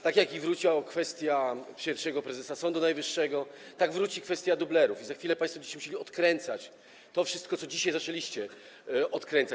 Tak jak wróciła kwestia pierwszego prezesa Sądu Najwyższego, tak wróci kwestia dublerów i za chwilę państwo będziecie musieli odkręcać to wszystko, co dzisiaj zaczęliście odkręcać.